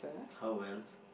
how well